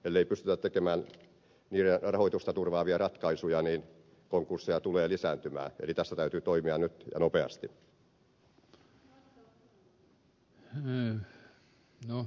ellei pystytä tekemään niiden rahoitusta turvaavia ratkaisuja konkurssit tulevat lisääntymään eli tässä täytyy toimia nyt ja nopeasti